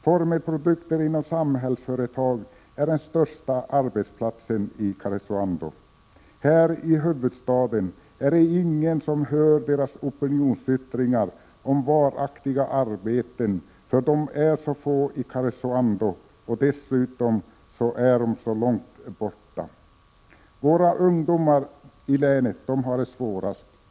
Formelprodukter inom Samhällsföretag är den största arbetsplatsen. Här i huvudstaden är det ingen som hör deras opinionsyttringar om varaktiga arbeten, för dessa är så få i Karesuando och dessutom så långt borta. Våra ungdomar har det svårast.